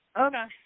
Okay